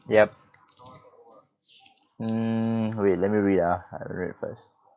yup mm wait let me read ah I read it first